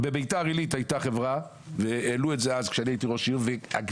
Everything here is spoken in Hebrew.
בביתר עילית כשאני הייתי ראש עיר - הייתה